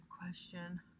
question